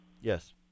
Yes